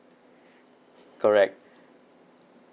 correct